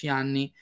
anni